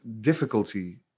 difficulty